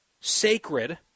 sacred